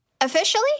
Officially